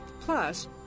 Plus